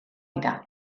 dira